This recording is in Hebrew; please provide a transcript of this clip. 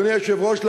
אדוני היושב-ראש,